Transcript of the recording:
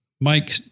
Mike